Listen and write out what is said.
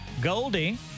Goldie